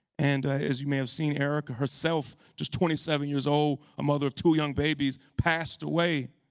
and as you may have seen erica herself, just twenty seven years old, a mother of two young babies, passed away.